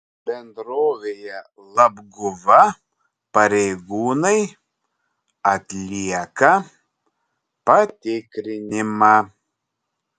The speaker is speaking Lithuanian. bendrovėje labguva pareigūnai atlieka patikrinimą